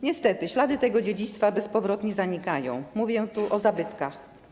Niestety ślady tego dziedzictwa bezpowrotnie zanikają, mówię tu o zabytkach.